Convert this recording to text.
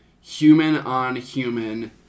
human-on-human